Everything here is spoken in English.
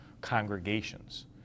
congregations